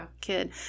kid